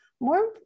More